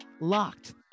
locked